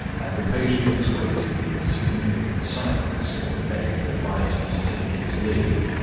and the patient was waiting in significant silence for the medical adviser to take his leave.